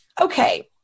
okay